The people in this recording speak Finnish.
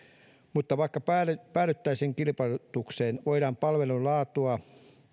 mutta vaikka päädyttäisiin kilpailutukseen voidaan palvelun laatua